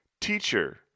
Teacher